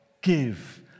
Give